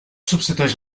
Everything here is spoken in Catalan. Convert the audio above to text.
substitueix